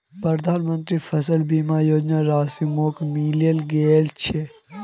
प्रधानमंत्री फसल बीमा योजनार राशि मोक मिले गेल छै